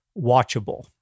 watchable